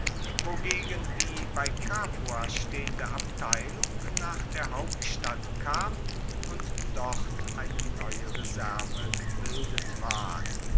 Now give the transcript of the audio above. wogegen die bei capua stehende abteilung nach der hauptstadt kam und dort eine neue reserve gebildet ward